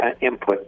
input